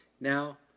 now